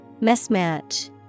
Mismatch